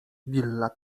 willa